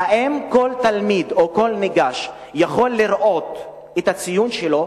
האם כל תלמיד או כל ניגש יכול לראות את הציון שלו.